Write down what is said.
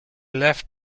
left